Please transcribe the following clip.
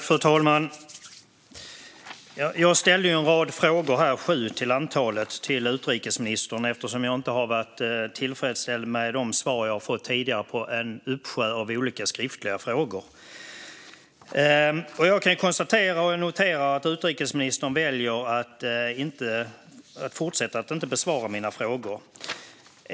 Fru talman! Jag ställde en rad frågor till utrikesministern, sju till antalet, eftersom jag inte har varit tillfreds med de svar jag har fått tidigare på en uppsjö av olika skriftliga frågor. Jag kan konstatera och notera att utrikesministern väljer att fortsätta att inte besvara mina frågor.